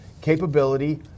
capability